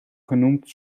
genoemd